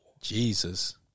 Jesus